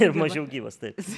ir mažiau gyvas taip